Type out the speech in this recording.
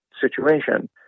situation